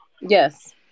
yes